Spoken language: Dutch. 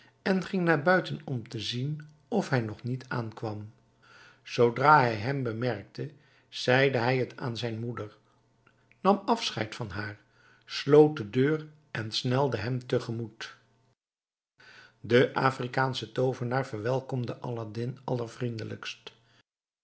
en ging naar buiten om te zien of hij er nog niet aankwam zoodra hij hem bemerkte zeide hij het aan zijn moeder nam afscheid van haar sloot de deur en snelde hem tegemoet de afrikaansche toovenaar verwelkomde aladdin